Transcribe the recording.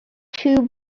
two